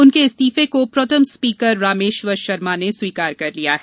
उनके इस्तीफे को प्रोटेम स्पीकर रामेश्वर शर्मा ने स्वीकार कर लिया है